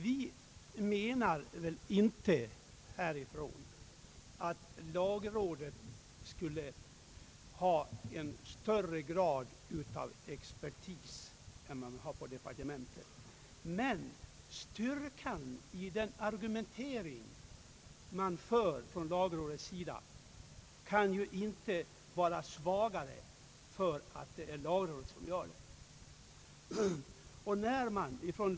Vi menar inte att lagrådets ledamöter skulle besitta större kunnande och expertis än vad man har i departementet, men styrkan i den argumentering som förts fram från lagrådets sida kan inte vara mindre därför att det är lagrådet som för fram den.